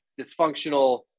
dysfunctional